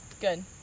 good